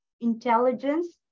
intelligence